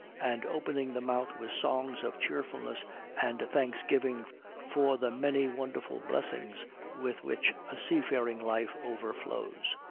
and opening the mouth with songs of cheerfulness and thanksgiving for the many wonderful blessings with which a seafaring life overflows.